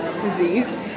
disease